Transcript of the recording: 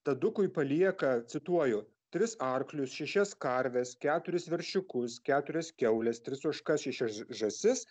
tadukui palieka cituoju tris arklius šešias karves keturis veršiukus keturias kiaules tris ožkas šešias žąsis